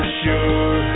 sure